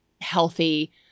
healthy